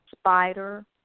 spider